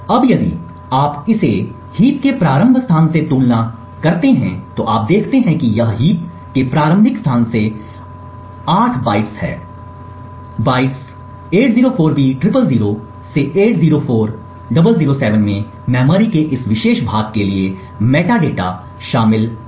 अब यदि आप इसे हीप के प्रारंभ स्थान से तुलना करते हैं तो आप देखते हैं कि यह हीप के प्रारंभिक स्थान से 8 बाइट्स है बाइट्स 804b000 से 804007 में मेमोरी के इस विशेष भाग के लिए मेटाडेटा शामिल है